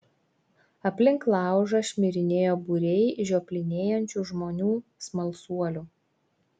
aplink laužą šmirinėjo būriai žioplinėjančių žmonių smalsuolių